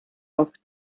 auf